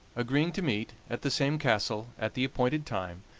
agreeing to meet at the same castle at the appointed time,